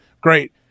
Great